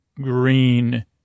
green